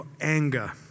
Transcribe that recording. anger